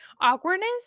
awkwardness